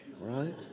right